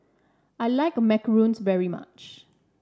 I like Macarons very much